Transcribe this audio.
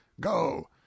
Go